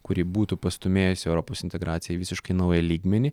kuri būtų pastūmėjusi europos integraciją į visiškai naują lygmenį